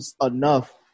enough